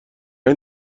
این